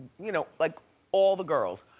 you know like all the girls.